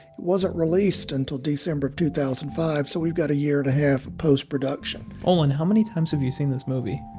it wasn't released until december of two thousand and five. so we've got a year-and-a-half post-production olin, how many times have you seen this movie?